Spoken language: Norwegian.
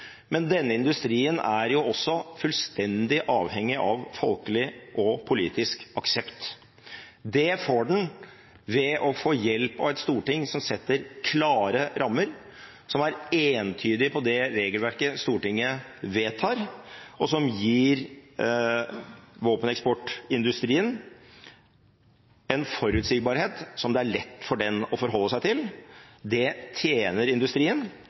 men denne industrien er også fullstendig avhengig av folkelig og politisk aksept. Det får den ved å få hjelp av et storting som setter klare rammer, som er entydig på det regelverket Stortinget vedtar, og som gir våpeneksportindustrien en forutsigbarhet som det er lett for den å forholde seg til. Det tjener industrien,